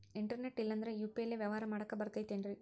Internet ಇಲ್ಲಂದ್ರ UPI ಲೇ ವ್ಯವಹಾರ ಮಾಡಾಕ ಬರತೈತೇನ್ರೇ?